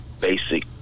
basic